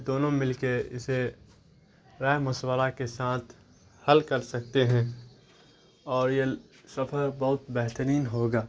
دونوں مل کے اسے رائے مشورہ کے ساتھ حل کر سکتے ہیں اور یہ سفر بہت بہترین ہوگا